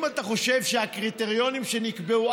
אם אתה חושב שהקריטריונים שנקבעו,